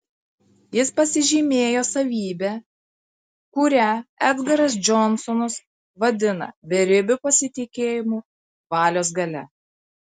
jis pasižymėjo savybe kurią edgaras džonsonas vadina beribiu pasitikėjimu valios galia